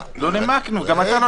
לנמק?